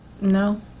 No